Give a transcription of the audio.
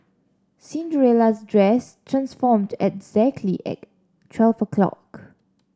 Cinderella's dress transformed exactly at twelve o'clock